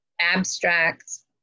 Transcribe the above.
abstracts